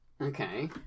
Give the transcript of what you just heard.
Okay